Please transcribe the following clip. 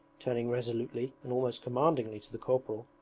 turning resolutely and almost commandingly to the corporal,